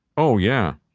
oh yeah.